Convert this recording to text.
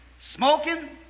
smoking